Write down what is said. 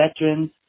veterans